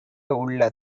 உள்ள